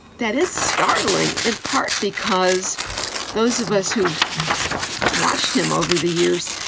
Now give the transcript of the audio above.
that is startling in part because those of us who've watched him over the years,